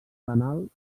penal